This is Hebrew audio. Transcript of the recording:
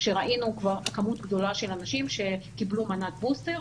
כשראינו כבר כמות גדולה של אנשים שקיבלו מנת בוסטר,